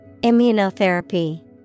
Immunotherapy